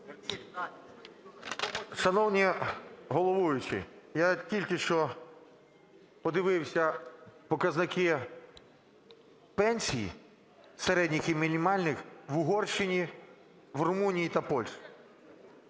Шановний головуючий, я тільки що подивився показники пенсій середніх і мінімальних в Угорщині, Румунії та Польщі.